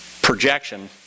projection